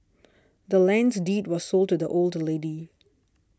the land's deed was sold to the old lady